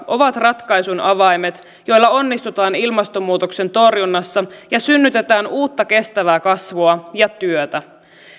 ovat ratkaisun avaimet joilla onnistutaan ilmastonmuutoksen torjunnassa ja synnytetään uutta kestävää kasvua ja työtä